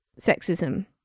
sexism